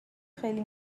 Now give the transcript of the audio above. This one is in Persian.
خیلی